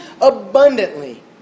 abundantly